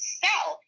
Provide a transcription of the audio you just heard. sell